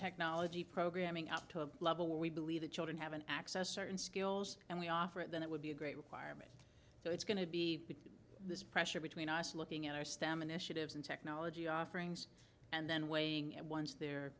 technology programming up to a level where we believe that children have an access certain skills and we offer it then it would be a great requirement so it's going to be this pressure between us looking at our stem initiatives and technology offerings and then weighing it once they're